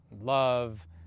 love